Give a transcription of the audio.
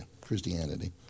Christianity